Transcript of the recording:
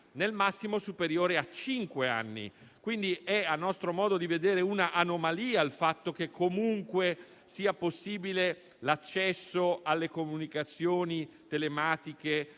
nel massimo a cinque anni. Quindi, a nostro modo di vedere, è una anomalia il fatto che comunque sia possibile l'accesso alle comunicazioni telematiche